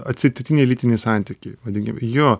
atsitiktiniai lytiniai santykiai vadinkim jo